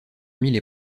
les